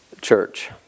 church